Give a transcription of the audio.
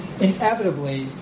inevitably